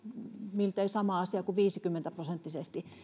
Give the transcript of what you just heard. miltei sama asia kuin viisikymmentä prosenttisesti